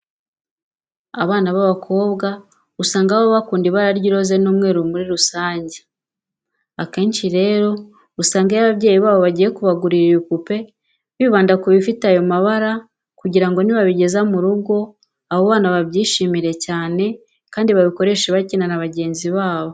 Abana b'abakobwa usanga baba bakunda ibara ry'iroze n'umweru muri rusange. Akenshi rero usanga iyo ababyeyi babo bagiye kubagurira ibipupe bibanda ku bifite ayo mabara kugira ngo nibabigeza mu rugo, aba bana babyishimire cyane kandi babikoreshe bakina na bagenzi babo.